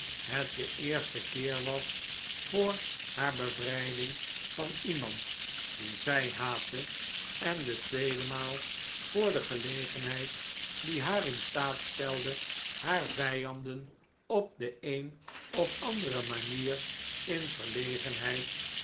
het de eerste keer was voor haar bevrijding van iemand die zij haatte en de tweede maal voor de gelegenheid die haar in staat stelde haar vijanden op de een of andere manier in